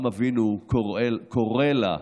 אברהם אבינו קורא לה "ה'